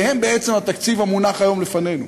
שהם בעצם התקציב המונח היום לפנינו.